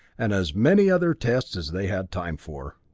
and as many other tests as they had time for.